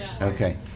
Okay